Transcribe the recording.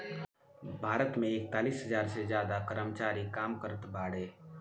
भारत मे एकतालीस हज़ार से ज्यादा कर्मचारी काम करत बाड़े